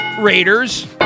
Raiders